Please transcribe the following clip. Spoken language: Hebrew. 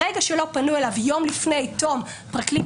ברגע שלא פנו אליו יום לפני תום פרקליט